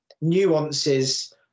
nuances